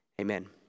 amen